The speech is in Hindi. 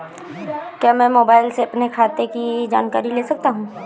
क्या मैं मोबाइल से अपने खाते की जानकारी ले सकता हूँ?